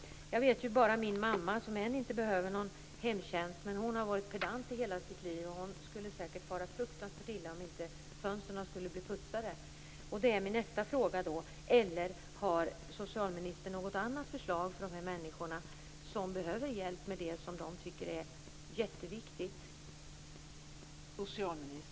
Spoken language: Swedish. Jag kan ju bara se på t.ex. min mamma. Hon behöver ingen hemtjänst än, men hon har varit pedant i hela sitt liv. Hon skulle säkert fara fruktansvärt illa om inte fönstren skulle bli putsade. Det är min nästa fråga. Eller har socialministern något annat förslag för de människor som behöver hjälp med det här som de tycker är jätteviktigt?